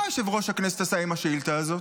מה יושב-ראש הכנסת עשה עם השאילתה הזאת?